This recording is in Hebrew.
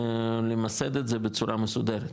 למסד את זה בצורה מסודרת,